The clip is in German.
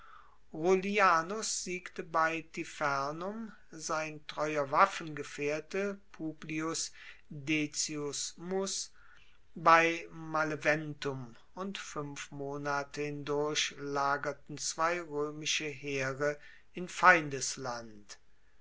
rullianus siegte bei tifernum sein treuer waffengefaehrte publius decius mus bei maleventum und fuenf monate hindurch lagerten zwei roemische heere in feindesland